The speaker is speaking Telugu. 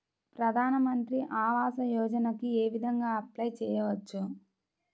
ప్రధాన మంత్రి ఆవాసయోజనకి ఏ విధంగా అప్లే చెయ్యవచ్చు?